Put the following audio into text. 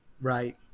Right